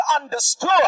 understood